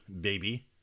baby